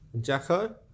jacko